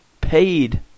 paid